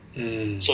mm